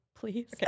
Please